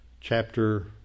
chapter